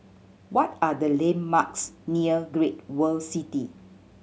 what are the landmarks near Great World City